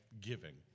giving